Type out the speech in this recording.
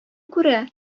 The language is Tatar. күрә